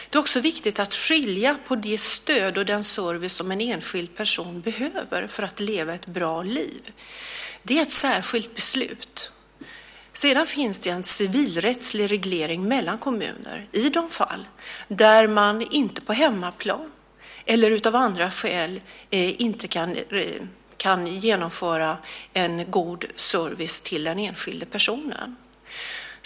Det är också viktigt att skilja på det stöd och den service som en enskild person behöver för att leva ett bra liv. Det är ett särskilt beslut. Sedan finns det en civilrättslig reglering mellan kommuner i de fall då man inte på hemmaplan eller av andra skäl inte kan genomföra en god service till den enskilda personen.